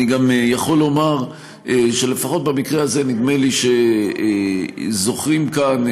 אני גם יכול לומר שלפחות במקרה הזה נדמה לי שזוכרים כאן,